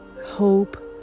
hope